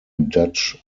dutch